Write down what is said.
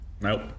Nope